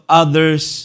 others